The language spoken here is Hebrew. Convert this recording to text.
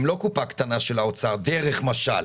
הוא לא קופה קטנה של האוצר, דרך משל.